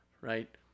Right